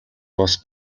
бас